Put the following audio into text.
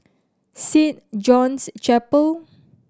Saint John's Chapel